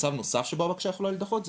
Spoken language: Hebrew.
מצב נוסף שבו הבקשה יכולה להידחות זה